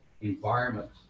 environment